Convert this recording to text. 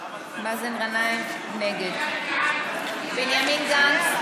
גנאים, נגד בנימין גנץ,